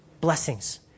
Blessings